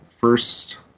first